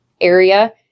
area